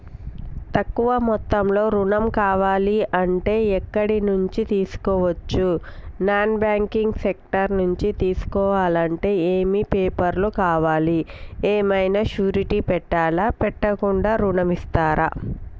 తక్కువ మొత్తంలో ఋణం కావాలి అంటే ఎక్కడి నుంచి తీసుకోవచ్చు? నాన్ బ్యాంకింగ్ సెక్టార్ నుంచి తీసుకోవాలంటే ఏమి పేపర్ లు కావాలి? ఏమన్నా షూరిటీ పెట్టాలా? పెట్టకుండా ఋణం ఇస్తరా?